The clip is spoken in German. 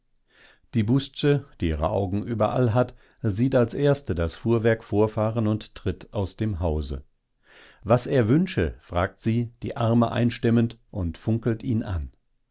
die busze die ihre augen überall hat sieht als erste das fuhrwerk vorfahren und tritt aus dem hause was er wünsche fragt sie die arme einstemmend und funkelt ihn an